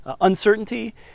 uncertainty